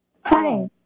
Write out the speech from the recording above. Hi